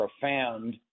profound